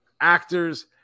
actors